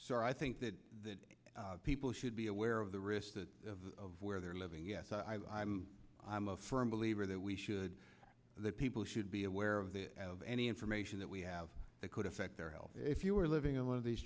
so i think that people should be aware of the risks that of where they're living yes i'm i'm a firm believer that we should that people should be aware of the of any information that we have that could affect their health if you are living in one of these